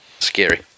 Scary